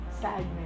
sadness